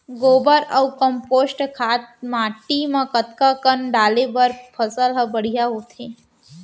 गोबर अऊ कम्पोस्ट खाद माटी म कतका कन डाले बर फसल ह बढ़िया होथे?